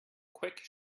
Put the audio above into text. quick